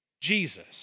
Jesus